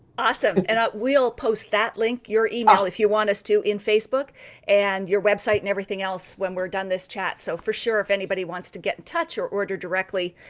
awesome and i ah will post that link, your email if you want us to, in facebook and your website and everything else when we're done this chat. so for sure, if anybody wants to get in touch or order directly,